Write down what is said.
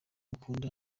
ukunda